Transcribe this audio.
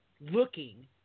looking